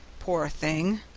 poor thing!